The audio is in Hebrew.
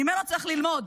ממנו צריך ללמוד,